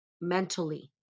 mentally